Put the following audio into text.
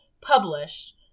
published